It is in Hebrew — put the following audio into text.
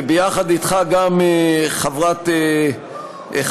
וביחד אתך גם חברות סיעתך,